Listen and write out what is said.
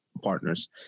partners